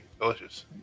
delicious